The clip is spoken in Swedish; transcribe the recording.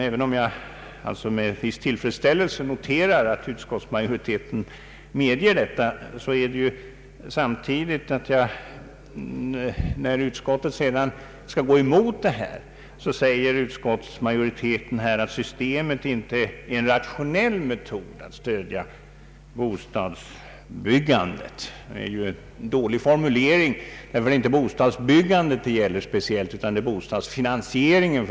Även om jag med viss tillfredsställelse noterar att utskottsmajoriteten medger detta, vill jag samtidigt påpeka att utskottsmajoriteten, när den sedan skall gå emot förslaget, anför att systemet inte innebär ”en rationell metod att stödja bostadsbyggandet”. Det är en dålig formulering. Det är nämligen inte bostadsbyggandet det speciellt gäller, utan bostadsfinansieringen.